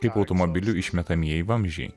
kaip automobilių išmetamieji vamzdžiai